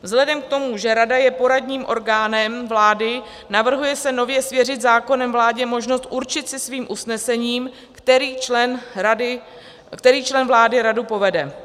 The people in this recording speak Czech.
Vzhledem k tomu, že rada je poradním orgánem vlády, navrhuje se nově svěřit zákonem vládě možnost určit si svým usnesením, který člen vlády radu povede.